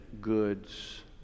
goods